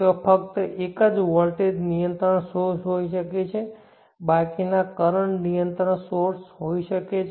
ત્યાં ફક્ત એક જ વોલ્ટેજ નિયંત્રણ સોર્સ હોઈ શકે છે બાકીના કરંટ નિયંત્રણ સોર્સ હોઈ શકે છે